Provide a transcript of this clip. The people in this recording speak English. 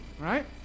right